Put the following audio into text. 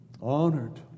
honored